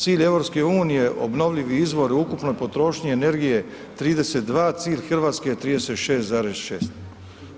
Cilj EU obnovljivi izvori u ukupnoj potrošnji energije 32, cilj Hrvatske je 36,6.